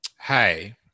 Hey